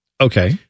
Okay